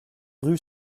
rue